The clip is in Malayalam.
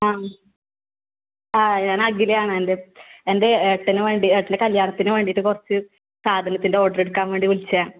ആ ആ ഞാൻ അഖിലയാണ് എൻ്റെ എൻ്റെ ഏട്ടനു വേണ്ടി ഏട്ടന് കല്ല്യാണത്തിന് വേണ്ടിയിട്ട് കുറച്ച് സാധനത്തിൻ്റെ ഓർഡർ എടുക്കാൻ വേണ്ടി വിളിച്ചതാണ്